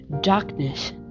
darkness